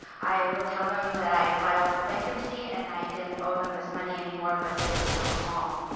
i would tell them that i had filed for bankruptcy and i didn't owe them this money anymore, but they would still call.